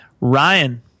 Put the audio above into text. Ryan